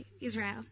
Israel